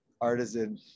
artisan